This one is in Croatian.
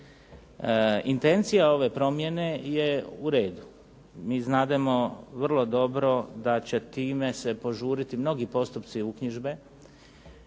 Intencija ove promjene je u redu. Mi znademo vrlo dobro da će time se požuriti mnogi postupci uknjižbe,